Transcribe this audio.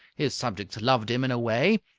his subjects loved him in a way.